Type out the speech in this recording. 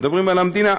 מדברים על המדינה.